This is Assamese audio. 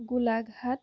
গোলাঘাট